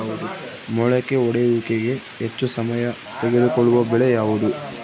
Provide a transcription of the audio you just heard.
ಮೊಳಕೆ ಒಡೆಯುವಿಕೆಗೆ ಹೆಚ್ಚು ಸಮಯ ತೆಗೆದುಕೊಳ್ಳುವ ಬೆಳೆ ಯಾವುದು?